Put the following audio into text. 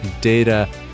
Data